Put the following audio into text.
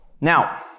Now